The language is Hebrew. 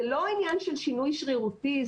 זה לא עניין של שינוי שרירותי,